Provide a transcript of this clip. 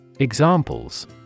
Examples